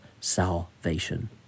salvation